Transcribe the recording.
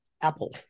Apple